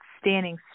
standing